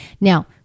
Now